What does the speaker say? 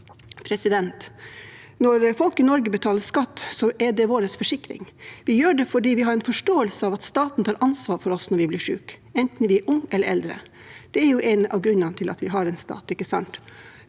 fram igjen. Når folk i Norge betaler skatt, er det vår forsikring. Vi gjør det fordi vi har en forståelse av at staten tar ansvar for oss når vi blir syke, enten vi er unge eller eldre. Det er jo en av grunnene til at vi har en stat. Det